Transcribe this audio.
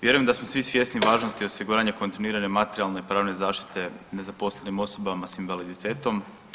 Vjerujem da smo svi svjesni važnosti osiguranja kontinuirane materijalne pravne zaštite nezaposlenim osobama sa invaliditetom.